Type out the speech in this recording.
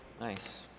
Nice